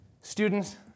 Students